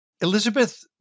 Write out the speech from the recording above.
Elizabeth